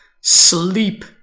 Sleep